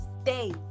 stay